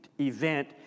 event